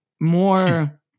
more